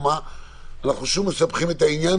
אנחנו שוב מסבכים את העניין,